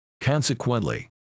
Consequently